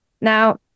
now